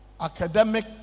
academic